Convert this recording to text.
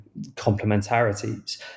complementarities